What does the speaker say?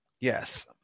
Yes